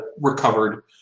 recovered